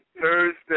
Thursday